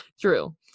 True